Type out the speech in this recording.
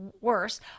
worse